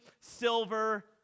silver